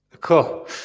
Cool